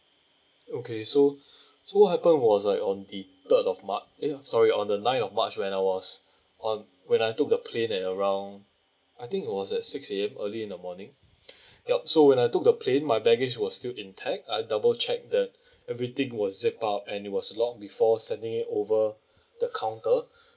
okay so so happened was like on the third of march eh sorry on the nine of march when I was on when I took the plane at around I think was at six A_M early in the morning yup so when I took the plane my baggage was still in tag I double check that everything was zip up and it was lock before sending it over the counter